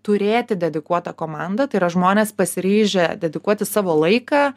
turėti dedikuotą komandą tai yra žmonės pasiryžę dedikuoti savo laiką